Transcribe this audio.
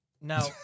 Now